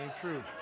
true